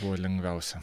buvo lengviausia